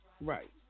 Right